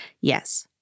Yes